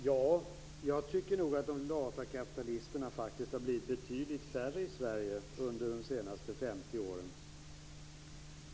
Herr talman! De lata kapitalisterna har faktiskt blivit betydligt färre i Sverige under de senaste 50 åren.